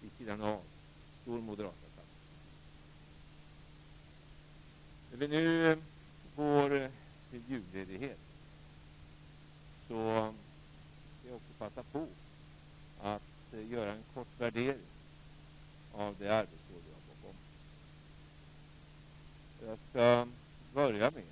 Vid sidan av står Moderata samlingspartiet. När vi nu går till julledighet skall jag också passa på att göra en kort värdering av det arbetsår vi har bakom oss. Jag skall börja med